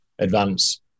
advance